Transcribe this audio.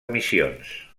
missions